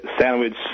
sandwich